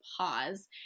pause